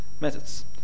methods